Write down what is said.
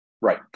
Right